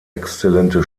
exzellente